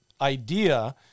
idea